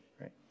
right